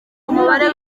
umubare